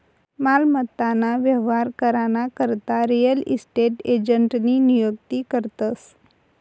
मालमत्ता ना व्यवहार करा ना करता रियल इस्टेट एजंटनी नियुक्ती करतस